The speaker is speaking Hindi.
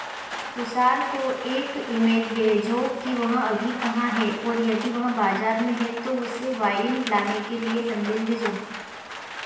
तुषार को एक ईमेल भेजो कि वह अभी कहाँ है और यदि वह बाज़ार में है तो उसे वाइन लाने के लिए संदेश भेजो